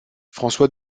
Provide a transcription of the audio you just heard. françois